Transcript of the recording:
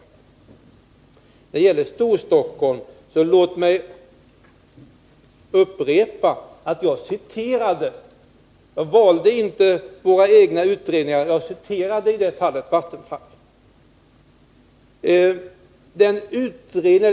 När det gäller Storstockholm vill jag upprepa att jag citerade Vattenfall. Jag valde alltså inte våra egna utredningar.